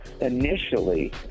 Initially